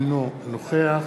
אינו נוכח